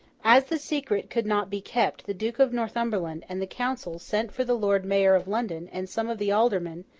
as the secret could not be kept, the duke of northumberland and the council sent for the lord mayor of london and some of the aldermen,